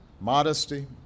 modesty